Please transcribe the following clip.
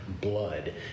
blood